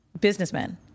businessmen